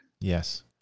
Yes